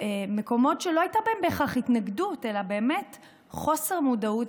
מקומות שלא הייתה בהם בהכרח התנגדות אלא חוסר מודעות.